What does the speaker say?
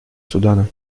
судана